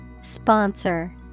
Sponsor